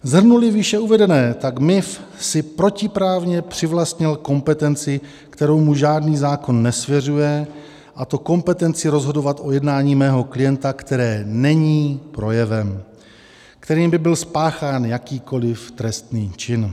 Shrnuli výše uvedené, tak MIV si protiprávně přivlastnil kompetenci, kterou mu žádný zákon nesvěřuje, a to kompetenci rozhodovat o jednání mého klienta, které není projevem, kterým by byl spáchán jakýkoliv trestný čin.